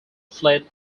fled